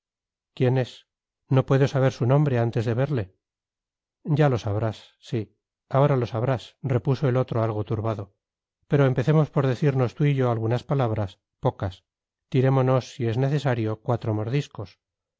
quién es no puedo saber su nombre antes de verle ya lo sabrás sí ahora lo sabrás repuso el otro algo turbado pero empecemos por decirnos tú y yo algunas palabras pocas tirémonos si es necesario cuatro mordiscos